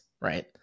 right